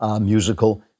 musical